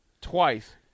twice